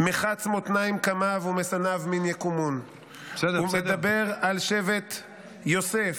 "מחץ מָתְנַיִים קמיו ומשנאיו מן יקומון"; הוא מדבר על שבט יוסף: